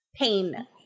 pain